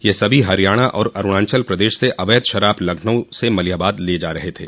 यह सभी हरियाणा और अरूणाचल प्रदेश से अवैध शराब लखनऊ के मलिहाबाद ला रहे थे